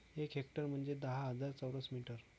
एक हेक्टर म्हंजे दहा हजार चौरस मीटर